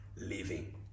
living